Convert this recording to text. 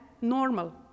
normal